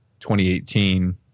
2018